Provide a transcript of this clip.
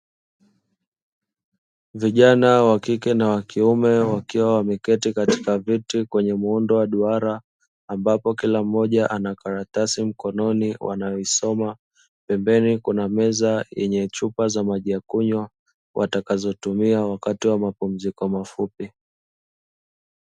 Vijana wakike kwa wa kiume wakiwa wameketi katika viti kwenye muundo wa duara, ambapo kila mmoja ana karatasi mkononi wanazisoma, pembeni kuna meza yenye chupa za maji ya kunywa watakazotumia wakati wa mapumziko mafupi.